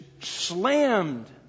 slammed